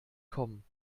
kommen